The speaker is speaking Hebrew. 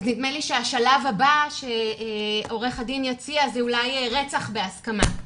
נדמה לי שהשלב הבא שעורך הדין יציע זה אולי רצח בהסכמה.